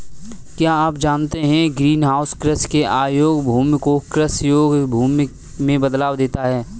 क्या आप जानते है ग्रीनहाउस कृषि के अयोग्य भूमि को कृषि योग्य भूमि में बदल देता है?